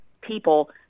people